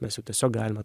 mes jau tiesiog galime